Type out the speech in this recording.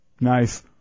Nice